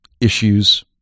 issues